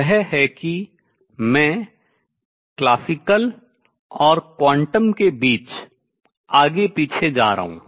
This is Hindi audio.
वह है कि मैं classical शास्त्रीय और quantum क्वांटम के बीच आगे और पीछे जा रहा हूँ